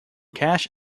cash